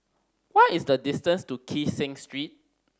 what is the distance to Kee Seng Street